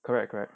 correct correct